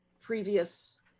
previous